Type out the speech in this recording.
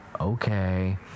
okay